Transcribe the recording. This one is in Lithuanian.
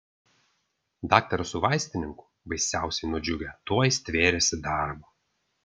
daktaras su vaistininku baisiausiai nudžiugę tuoj stvėrėsi darbo